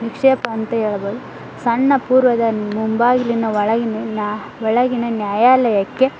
ನಿಕ್ಷೇಪ ಅಂತ ಹೇಳಬೋದು ಸಣ್ಣ ಪೂರ್ವಜರ ಮುಂಬಾಗಿಲಿನ ಒಳಗಿನ ನಾ ಒಳಗಿನ ನ್ಯಾಯಾಲಯಕ್ಕೆ